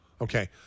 Okay